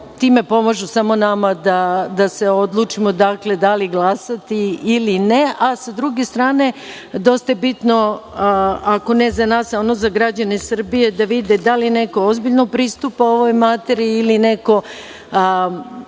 time pomažu samo nama da se odlučimo da li glasati ili ne. Sa druge strane, dosta je bitno, ako ne za nas, onda za građane Srbije da vide da li neko ozbiljno pristupa ovoj materiji ili neko